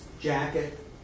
jacket